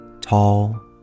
Tall